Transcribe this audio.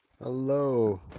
hello